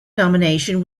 nomination